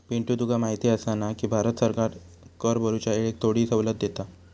पिंटू तुका माहिती आसा ना, की भारत सरकार कर भरूच्या येळेक थोडी सवलत देता